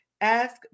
ask